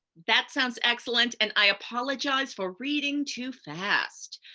that sounds excellent. and i apologize for reading too fast.